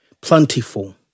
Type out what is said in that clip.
plentiful